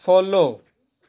follow